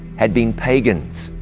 had been pagans.